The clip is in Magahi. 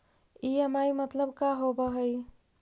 ई.एम.आई मतलब का होब हइ?